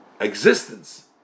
existence